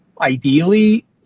ideally